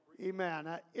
Amen